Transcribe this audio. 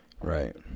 Right